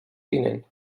tinent